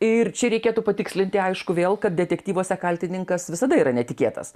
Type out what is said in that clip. ir čia reikėtų patikslinti aišku vėl kad detektyvuose kaltininkas visada yra netikėtas